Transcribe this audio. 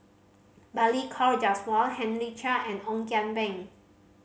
Balli Kaur Jaswal Henry Chia and Ong Kian Peng